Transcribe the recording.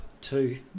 two